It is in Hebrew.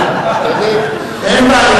אין בעיה.